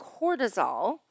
cortisol